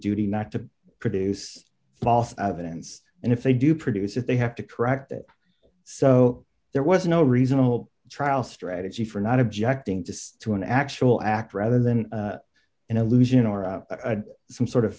duty not to produce false evidence and if they do produce if they have to correct it so there was no reasonable trial strategy for not objecting to to an actual act rather than an allusion or some sort of